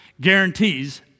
guarantees